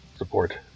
support